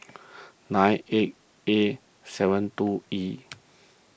nine eight A seven two E